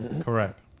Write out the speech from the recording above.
Correct